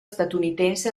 statunitense